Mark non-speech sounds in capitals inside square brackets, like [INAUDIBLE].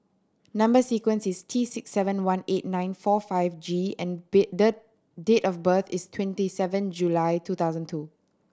number sequence is T six seven one eight nine four five G and [UNINTELLIGIBLE] the date of birth is twenty seven July two thousand two